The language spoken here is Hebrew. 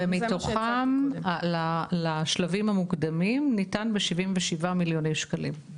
ומתוכם לשלבים המוקדמים ניתן כ-77 מילוני שקלים.